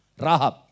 Rahab